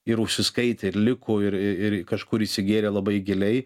ir užsiskaitė ir liko ir ir kažkur įsigėrė labai giliai